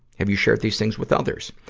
have you shared these things with others?